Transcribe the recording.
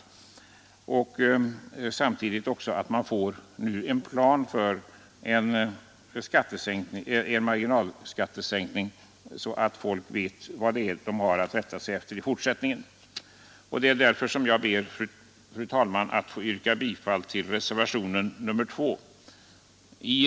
Vi önskar också att en plan för skattesänkningar läggs upp, så att folk vet vad de har att rätta sig efter i fortsättningen. Jag ber, fru talman, att få yrka bifall till reservationen 2 vid skatteutskottets betänkande nr 44.